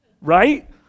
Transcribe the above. right